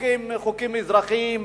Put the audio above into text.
חוקים אזרחיים,